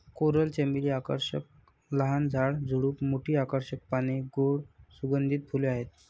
coral चमेली आकर्षक लहान झाड, झुडूप, मोठी आकर्षक पाने, गोड सुगंधित फुले आहेत